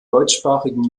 deutschsprachigen